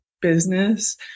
business